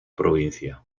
provincia